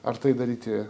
ar tai daryti